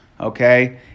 okay